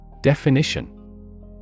Definition